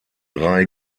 drei